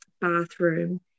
bathroom